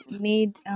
made